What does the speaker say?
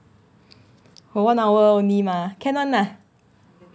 for one hour only mah can [one] lah